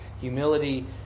humility